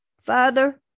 Father